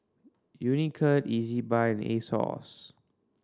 Unicurd Ezbuy and Asos